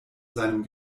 seinem